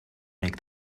make